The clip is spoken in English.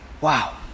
Wow